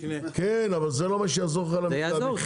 אבל זה לא מה שיעזור לך להוריד במחיר.